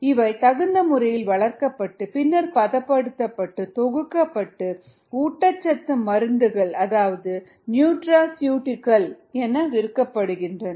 இவை தகுந்தமுறையில் வளர்க்கப்பட்டு பின்னர் பதப்படுத்தப்பட்டு தொகுக்கப்பட்டு ஊட்டச்சத்து மருந்துகள் அதாவது நியூடிரசீயூடிகல் என விற்கப்படுகின்றன